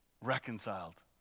reconciled